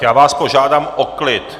Já vás požádám o klid!